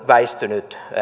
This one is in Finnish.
väistynyt